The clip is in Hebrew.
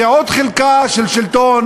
זו עוד חלקה של שלטון,